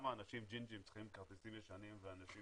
אנשים ג'ינג'ים צריכים כרטיסים ישנים ואנשים